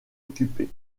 occupé